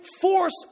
force